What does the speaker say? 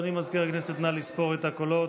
אדוני מזכיר הכנסת, נא לספור את הקולות.